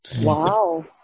Wow